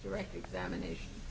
direct examination